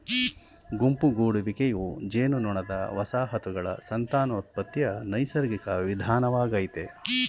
ಗುಂಪು ಗೂಡುವಿಕೆಯು ಜೇನುನೊಣದ ವಸಾಹತುಗಳ ಸಂತಾನೋತ್ಪತ್ತಿಯ ನೈಸರ್ಗಿಕ ವಿಧಾನವಾಗಯ್ತೆ